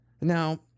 Now